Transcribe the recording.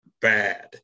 bad